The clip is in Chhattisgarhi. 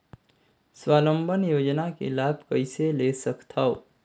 स्वावलंबन योजना के लाभ कइसे ले सकथव?